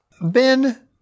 Ben